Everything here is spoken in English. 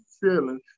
feeling